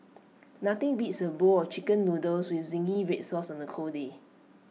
nothing beats A bowl of Chicken Noodles with Zingy Red Sauce on A cold day